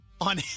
on